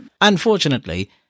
Unfortunately